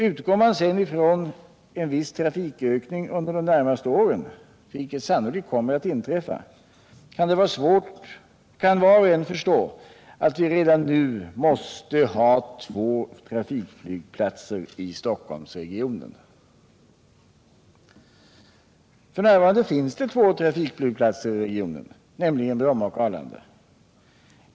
Utgår man sedan ifrån en viss trafikökning under de närmaste åren, vilket sannolikt kommer att inträffa, kan var och en förstå att vi redan nu måste ha två trafikflygplatser i — Flygplatsfrågan i Stockholmsregionen. Stockholmsregio F.n. finns två trafikflygplatser i regionen, nämligen Bromma och Ar = nen landa.